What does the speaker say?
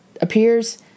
appears